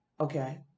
Okay